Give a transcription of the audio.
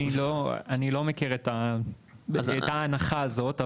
אני לא מכיר את ההנחה הזאת,